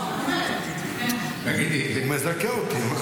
הוא מזכה אותי.